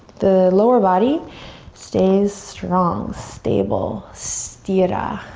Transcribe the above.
the lower body stays strong, stable, sthira.